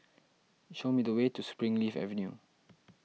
show me the way to Springleaf Avenue